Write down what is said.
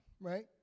right